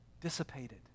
dissipated